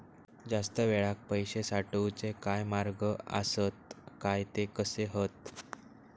जास्त वेळाक पैशे साठवूचे काय मार्ग आसत काय ते कसे हत?